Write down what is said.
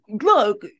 Look